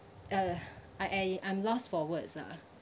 uh I I I'm lost for words ah